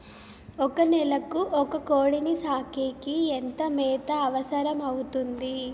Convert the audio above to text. ఒక నెలకు ఒక కోడిని సాకేకి ఎంత మేత అవసరమవుతుంది?